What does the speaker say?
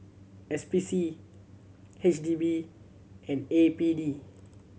S P C H D B and A P D